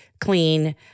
clean